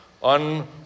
on